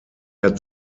der